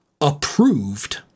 approved